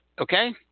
Okay